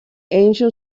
angel